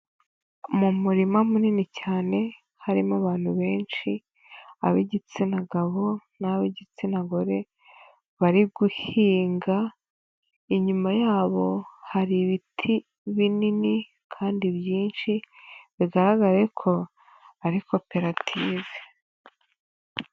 Mu murima munini cyane harimo abantu benshi, ab'igitsina gabo n'ab' igitsina gore bari guhinga. Inyuma yabo hari ibiti binini kandi byinshi, bigaragare ko ari koperative.